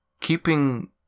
keeping